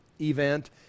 event